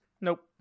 Nope